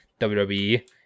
WWE